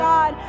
God